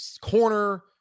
corner